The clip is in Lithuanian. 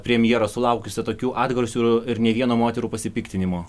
premjero sulaukusio tokių atgarsių ir ne vieno moterų pasipiktinimo